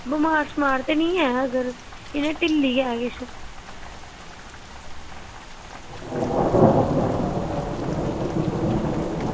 बमार ते निं ऐ अगर इंया ढिल्ली गै किश